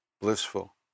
blissful